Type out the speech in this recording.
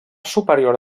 superior